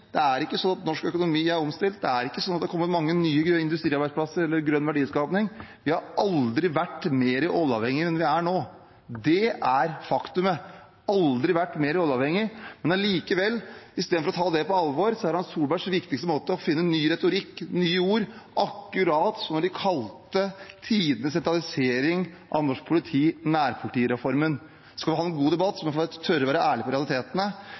Det er ikke sånn at norsk økonomi er omstilt, det er ikke sånn at det er kommet mange nye industriarbeidsplasser eller grønn verdiskaping. Vi har aldri vært mer oljeavhengige enn vi er nå. Det er faktumet. Vi har aldri vært mer oljeavhengige, men allikevel, istedenfor å ta det på alvor, er Erna Solbergs viktigste svar å finne på ny retorikk, nye ord – akkurat som da de kalte tidenes sentralisering av norsk politi «nærpolitireformen». Skal vi ha en god debatt, må vi i hvert fall tørre å være ærlige på realitetene,